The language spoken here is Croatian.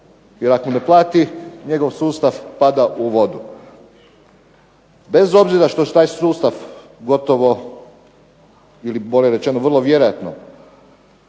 jer ako ne plati njegov sustav pada u vodu. Bez obzira što je taj sustav gotovo ili bolje rečeno vrlo vjerojatno